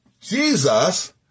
Jesus